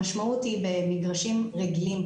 המשמעות היא במגרשים רגילים,